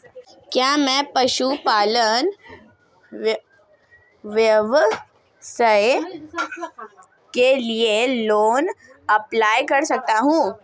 क्या मैं पशुपालन व्यवसाय के लिए लोंन अप्लाई कर सकता हूं?